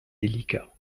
délicat